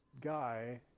guy